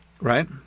right